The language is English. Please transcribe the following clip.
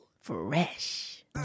Fresh